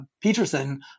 Peterson